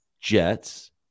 Jets